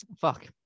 Fuck